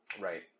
Right